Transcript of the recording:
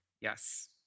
Yes